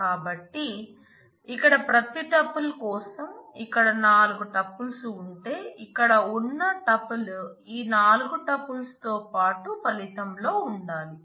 కాబట్టి ఇక్కడ ప్రతి టుపుల్ కోసం ఇక్కడ నాలుగు టుపుల్స్ ఉంటే ఇక్కడ ఉన్న టుపుల్ ఈ నాలుగు టుపుల్స్ తో పాటు ఫలితం లో ఉండాలి